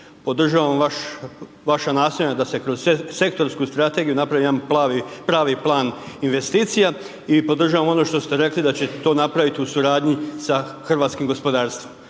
Podržavam vaša nastojanja da se kroz sektorsku strategiju napravi jedan pravi plan investicija i podržavam ono što ste rekli da će to napraviti u suradnji sa hrvatskim gospodarstvom